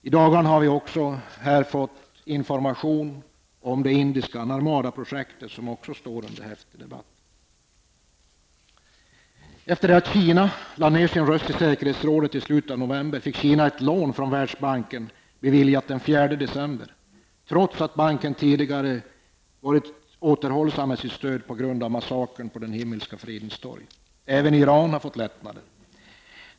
I dagarna har vi här också fått information om det indiska Narmada-projektet, som också det står under häftig debatt. Efter det att Kina lagt ner sin röst i säkerhetsrådet i slutet av november fick Kina ett lån från Världsbanken beviljat den 4 december, trots att banken tidigare varit återhållsam med sitt stöd på grund av massakern på Himmelska fridens torg. Även Iran har fått lättnader.